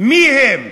מי הם?